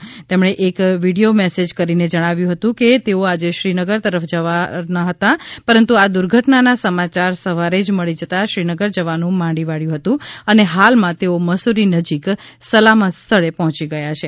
ક્રિષ્નાબેન એ એક video message કરીને જણાવ્યું હતું કે તેઓ આજે શ્રીનગર તરફ જવાના હતા પરંતુ આ દુર્ધટનાના સમાયાર સવારે જ મળી જતાં શ્રીનગર જવાનું માંડીવાળ્યુ હતું અને હાલમાં તેઓ મસુરી નજીક સલામત સ્થળે પહોયી ગયા છે